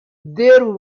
there